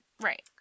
Right